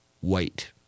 white